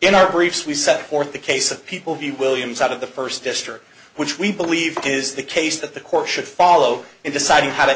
in our briefs we set forth the case of people v williams out of the first district which we believe is the case that the court should follow in deciding how to